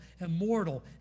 immortal